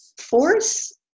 force